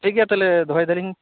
ᱴᱷᱤᱠ ᱜᱮᱭᱟ ᱛᱟᱦᱚᱞᱮ ᱫᱚᱦᱚᱭ ᱫᱟᱹᱞᱤᱧ